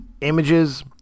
images